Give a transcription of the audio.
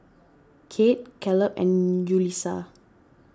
Kate Caleb and Yulisa